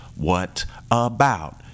whatabout